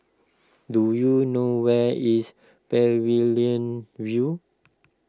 do you know where is Pavilion View